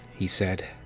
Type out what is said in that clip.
he said.